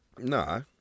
No